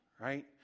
right